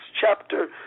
chapter